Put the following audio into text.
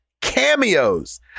cameos